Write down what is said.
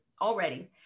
already